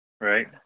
right